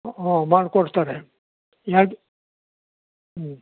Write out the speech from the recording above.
ಹಾಂ ಮಾಡಿಕೊಡ್ತಾರೆ ಯಾರ್ದು ಹ್ಞೂ